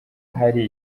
hari